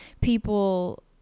people